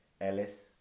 Ellis